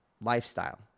lifestyle